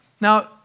Now